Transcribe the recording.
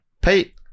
Pete